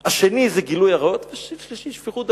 השני זה גילוי עריות והשלישי זה שפיכות דמים.